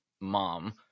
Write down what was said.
mom